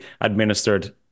administered